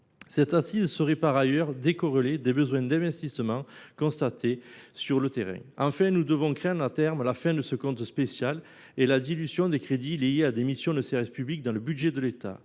d’accise serait de plus décorrélée des besoins d’investissement constatés sur le terrain. Nous devons enfin craindre, à terme, la fin de ce compte spécial et la dilution des crédits liés à des missions de service public dans le budget de l’État.